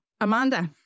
Amanda